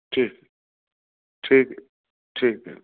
ٹھیک ہے ٹھیک ہے ٹھیک ہے